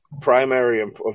primary